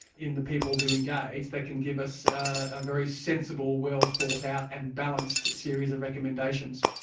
in the people who engage that can give us a very sensible, well thought out and balanced series of recommendations.